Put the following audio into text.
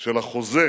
של החוזה